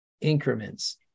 increments